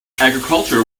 agriculture